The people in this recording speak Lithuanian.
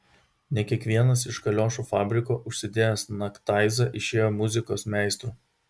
ne kiekvienas iš kaliošų fabriko užsidėjęs naktaizą išėjo muzikos meistru